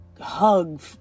hug